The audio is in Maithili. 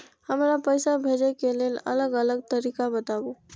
हमरा पैसा भेजै के लेल अलग अलग तरीका बताबु?